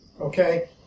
okay